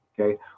Okay